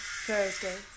Thursday